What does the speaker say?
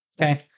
Okay